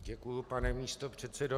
Děkuji, pane místopředsedo.